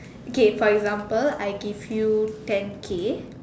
okay for example I give you ten K